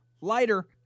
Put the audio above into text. lighter